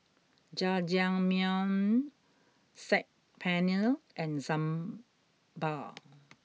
Jajangmyeon Saag Paneer and Sambar